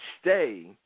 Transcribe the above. stay